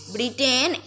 Britain